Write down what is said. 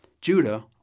Judah